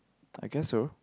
I guess so